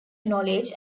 knowledge